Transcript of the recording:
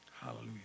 Hallelujah